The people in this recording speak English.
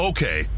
Okay